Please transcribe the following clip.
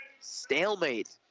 Stalemate